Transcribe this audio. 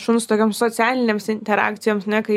šuns tokioms socialinėms interakcijoms ne kai